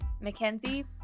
Mackenzie